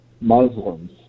Muslims